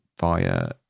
via